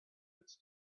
its